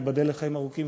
תיבדל לחיים ארוכים,